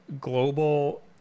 Global